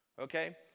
okay